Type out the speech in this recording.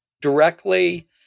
directly